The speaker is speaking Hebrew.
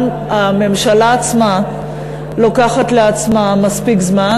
הממשלה עצמה לוקחת לעצמה מספיק זמן,